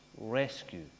rescue